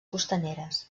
costaneres